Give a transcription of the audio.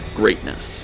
greatness